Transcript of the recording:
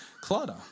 clutter